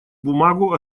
бумагу